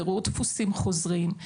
בירור דפוסים חוזרים,